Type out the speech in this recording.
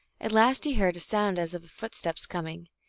at last he heard a sound as of foot steps coming,